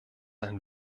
ein